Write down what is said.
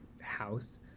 house